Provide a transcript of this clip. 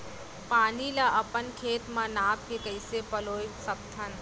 पानी ला अपन खेत म नाप के कइसे पलोय सकथन?